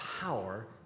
power